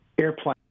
airplane